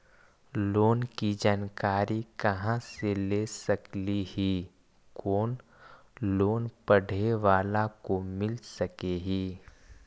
Loan की जानकारी कहा से ले सकली ही, कोन लोन पढ़े बाला को मिल सके ही?